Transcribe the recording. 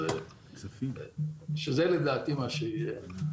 שזה לדעתי מה שיהיה,